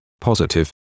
positive